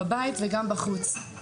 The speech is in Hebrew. בבית וגם בחוץ.